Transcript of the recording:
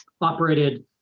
operated